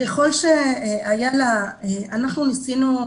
אנחנו ניסינו,